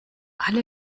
alle